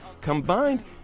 combined